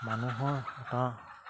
মানুহৰ এটা